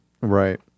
Right